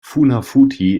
funafuti